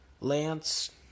Lance